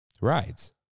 rides